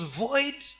void